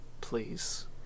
Please